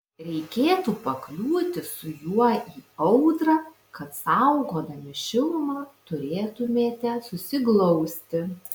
reikėtų pakliūti su juo į audrą kad saugodami šilumą turėtumėte susiglausti